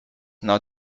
not